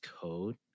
code